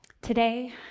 Today